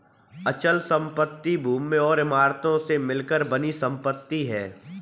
अचल संपत्ति भूमि और इमारतों से मिलकर बनी संपत्ति है